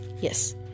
Yes